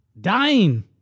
dying